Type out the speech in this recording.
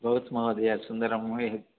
भवतु महोदय सुन्दरं